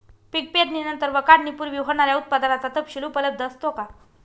पीक पेरणीनंतर व काढणीपूर्वी होणाऱ्या उत्पादनाचा तपशील उपलब्ध असतो का?